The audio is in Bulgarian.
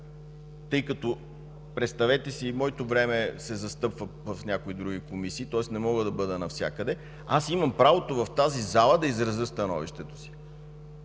тъй като, представете си, и моето време се застъпва в някои други комисии, тоест не мога да бъда навсякъде, аз имам правото в тази зала да изразя становището си.